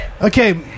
Okay